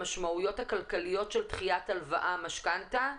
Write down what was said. משמעויות הכלכליות של דחיית הלוואה או משכנתא,